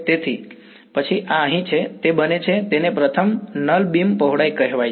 તેથી પછી આ અહીં છે તે બને છે તેને પ્રથમ નલ બીમ પહોળાઈ કહેવાય છે